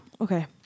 Okay